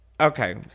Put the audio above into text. Okay